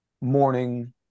morning